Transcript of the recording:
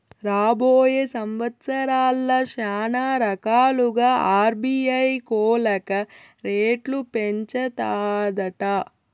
రాబోయే సంవత్సరాల్ల శానారకాలుగా ఆర్బీఐ కోలక రేట్లు పెంచతాదట